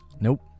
Nope